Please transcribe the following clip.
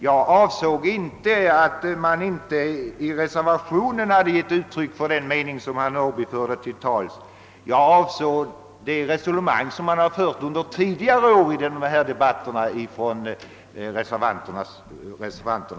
Jag avsåg inte att man i reservationen inte skulle ha givit uttryck åt den mening som herr Norrby förde till torgs; jag avsåg de resonemang som man från reservanternas håll fört i dessa debatter under tidigare år.